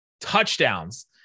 touchdowns